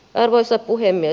arvoisa puhemies